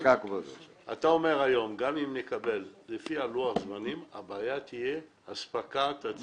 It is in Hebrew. אתה אומר היום שגם אם נקבל לפי לוח הזמנים הבעיה תהיה אספקת הציוד.